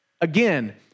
Again